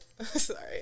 Sorry